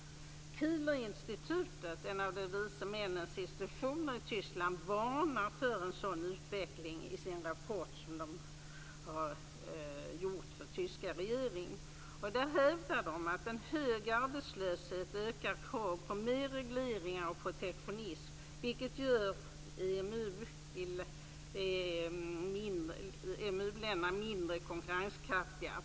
Kieler-institutet, en av de "vise männens" institutioner i Tyskland, varnar för en sådan utveckling i den rapport som institutet har gjort till den tyska regeringen. I rapporten hävdar man att en hög arbetslöshet ökar krav på mer av regleringar och protektionism, vilket gör EMU-länderna mindre konkurrenskraftiga.